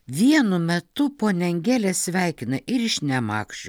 vienu metu ponia angelė sveikina ir iš nemakščių